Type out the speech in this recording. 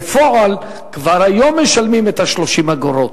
בפועל, כבר היום משלמים 30 אגורות,